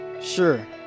Sure